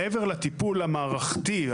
מעבר לטיפול המערכתי,